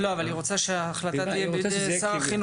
אבל היא רוצה שההחלטה תהיה בידי שר החינוך.